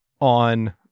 on